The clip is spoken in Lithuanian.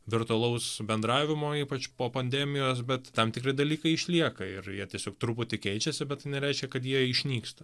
virtualaus bendravimo ypač po pandemijos bet tam tikri dalykai išlieka ir jie tiesiog truputį keičiasi bet nereiškia kad jie išnyksta